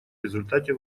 результате